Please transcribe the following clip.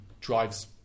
drives